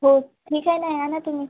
हो ठीक आहे ना या ना तुम्ही